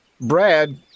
Brad